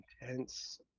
Intense